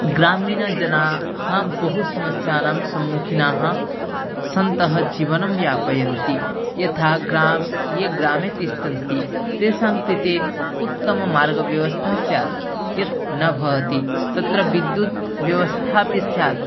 ग्रामिनजनाः बहुसमस्यानां सम्मुखिनाः सन्तः जीवनं यापयन्ति यथा ग्रां ये ग्रामे तिष्ठन्ति तेषां कृते उत्तममार्गव्यवस्था स्यात् यत् न भवति तत्र विद्युद्व्यवस्थापि स्यात्